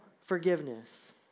forgiveness